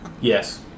Yes